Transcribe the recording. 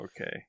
okay